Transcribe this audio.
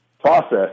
process